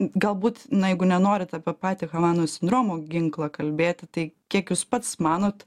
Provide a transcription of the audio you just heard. galbūt na jeigu nenorit apie patį havanos sindromo ginklą kalbėti tai kiek jūs pats manot